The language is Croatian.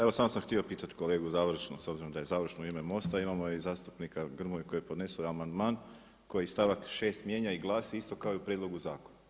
Evo samo sam htio pitati kolegu završno, s obzirom da je završno u ime MOST-a imamo i zastupnika Grmoju koji je podneso amandman koji stavak 6. mijenja i glasi isto kao i u prijedlogu zakona.